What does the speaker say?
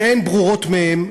שאין ברורות מהן,